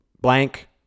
blank